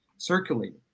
circulating